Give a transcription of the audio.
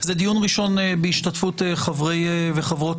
זה דיון ראשון בהשתתפות חברי וחברות